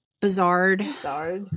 bizarre